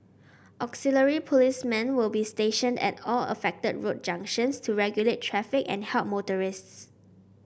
auxiliary policemen will be stationed at all affected road junctions to regulate traffic and help motorists